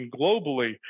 globally